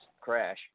crash